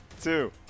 two